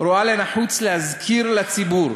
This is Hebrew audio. רואה לנחוץ להזכיר לציבור